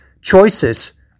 choices